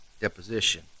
deposition